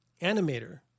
animator